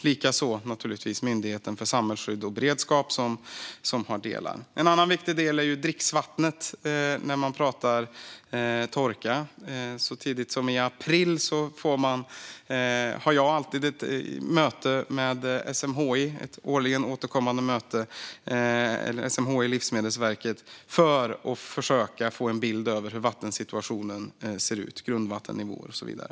Det gäller naturligtvis också Myndigheten för samhällsskydd och beredskap, som har delar i detta. En annan viktig del när man pratar om torka är ju dricksvattnet. Så tidigt som i april har jag ett årligen återkommande möte med SMHI och Livsmedelsverket för att försöka få en bild av hur vattensituationen ser ut när det gäller grundvattennivåer och så vidare.